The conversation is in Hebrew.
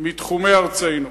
מתחומי ארצנו.